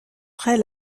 très